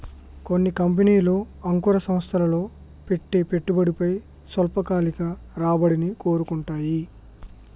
కొన్ని కంపెనీలు అంకుర సంస్థల్లో పెట్టే పెట్టుబడిపై స్వల్పకాలిక రాబడిని కోరుకుంటాయి